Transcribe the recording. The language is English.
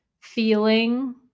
feeling